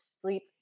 sleep